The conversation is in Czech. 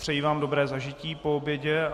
Přeji vám dobré zažití po obědě.